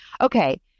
Okay